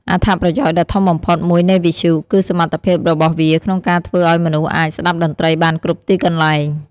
អត្ថប្រយោជន៍ដ៏ធំបំផុតមួយនៃវិទ្យុ គឺសមត្ថភាពរបស់វាក្នុងការធ្វើឲ្យមនុស្សអាច ស្តាប់តន្ត្រីបានគ្រប់ទីកន្លែង។